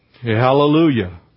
Hallelujah